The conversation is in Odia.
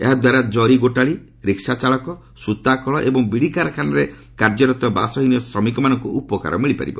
ଏହାଦ୍ୱାରା ଜରି ଗୋଟାଳୀ ରିକ୍ସା ଚାଳକ ସୁତାକଳ ଏବଂ ବିଡ଼ି କାରଖାନାରେ କାର୍ଯ୍ୟରତ ବାସହୀନ ଶ୍ରମିକମାନଙ୍କୁ ଉପକାର ମିଳିପାରିବ